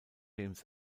james